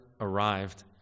arrived